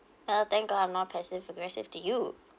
oh thank god I'm not passive aggressive to you